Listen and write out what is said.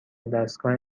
ودستگاه